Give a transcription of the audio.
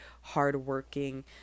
hardworking